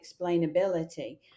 explainability